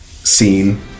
Scene